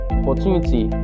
opportunity